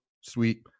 sweet